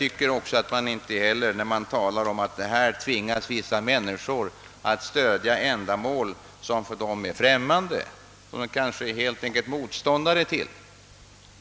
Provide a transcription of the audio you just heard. Hur skall man dra ut konsekvenserna av detta tal om att man tvingar vissa människor att stödja ändamål som är för dem främmande eller som de kanske är motståndare till?